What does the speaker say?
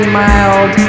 mild